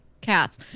cats